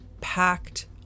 packed